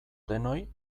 denoi